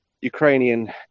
Ukrainian